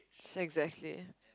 exactly